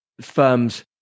firms